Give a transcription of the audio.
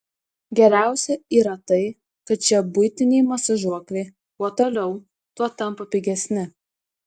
geriausia yra tai kad šie buitiniai masažuokliai kuo toliau tuo tampa pigesni